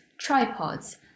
tripods